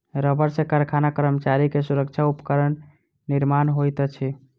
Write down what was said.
रबड़ सॅ कारखाना कर्मचारी के सुरक्षा उपकरण निर्माण होइत अछि